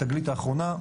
התגלית האחרונה,